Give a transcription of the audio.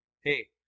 Hey